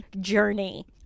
journey